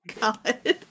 God